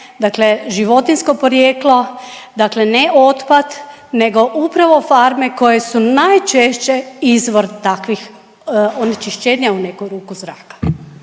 dakle životinjskog porijekla, dakle ne otpad nego upravo farme koje su najčešće izvor takvih onečišćenja u neku ruku zraka.